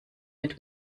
mit